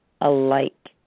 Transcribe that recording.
alike